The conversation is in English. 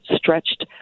stretched